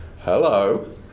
hello